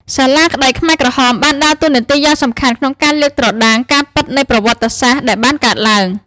សាលាក្ដីខ្មែរក្រហមបានដើរតួនាទីយ៉ាងសំខាន់ក្នុងការលាតត្រដាងការពិតនៃប្រវត្តិសាស្ត្រដែលបានកើតឡើង។